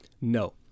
no